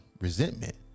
resentment